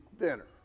dinner